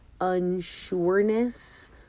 unsureness